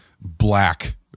black